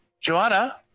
Joanna